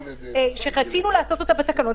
שרצינו לעשות אותה בתקנות.